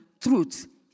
truth